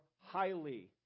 highly